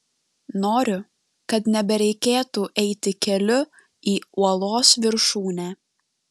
noriu kad nebereikėtų eiti keliu į uolos viršūnę